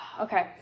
Okay